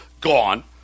gone